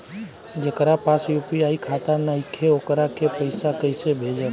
जेकरा पास यू.पी.आई खाता नाईखे वोकरा के पईसा कईसे भेजब?